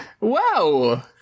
Wow